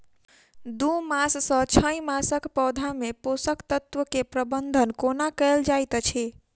दू मास सँ छै मासक पौधा मे पोसक तत्त्व केँ प्रबंधन कोना कएल जाइत अछि?